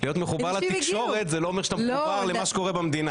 להיות מחובר לתקשורת זה לא אומר שאתה מחובר למה שקורה במדינה.